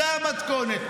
זו המתכונת.